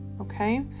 Okay